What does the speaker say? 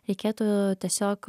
reikėtų tiesiog